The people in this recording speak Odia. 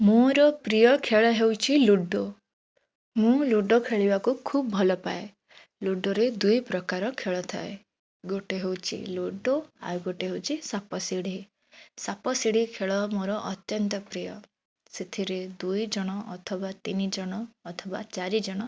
ମୋର ପ୍ରିୟ ଖେଳ ହେଉଛି ଲୁଡ଼ୋ ମୁଁ ଲୁଡ଼ୋ ଖେଳିବାକୁ ଖୁବ ଭଲପାଏ ଲୁଡ଼ୋରେ ଦୁଇ ପ୍ରକାର ଖେଳ ଥାଏ ଗୋଟେ ହେଉଛି ଲୁଡ଼ୋ ଆଉଗୋଟେ ହେଉଛି ସାପ ଶିଢ଼ି ସାପ ଶିଡ଼ି ଖେଳ ମୋର ଅତ୍ୟନ୍ତ ପ୍ରିୟ ସେଥିରେ ଦୁଇଜଣ ଅଥବା ତିନିଜଣ ଅଥବା ଚାରିଜଣ